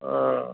हा